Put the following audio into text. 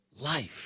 life